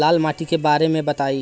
लाल माटी के बारे में बताई